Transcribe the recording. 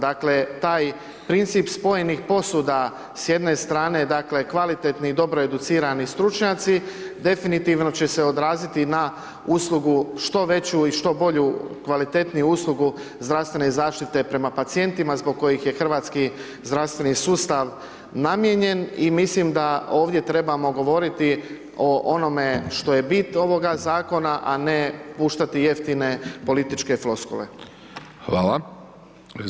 Dakle taj princip spojenih posuda s jedne strane dakle kvalitetni i dobro educirani stručnjaci definitivno će se odraziti na uslugu što veći i što bolju kvalitetniju uslugu zdravstvene zaštite prema pacijentima, zbog kojih je hrvatski zdravstveni sustav namijenjen i mislim da ovdje trebamo govoriti o onome što je bit ovoga zakona, a ne puštati jeftine političke floskule.